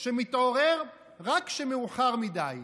שמתעורר רק כשמאוחר מדי?